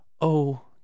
Oh